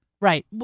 Right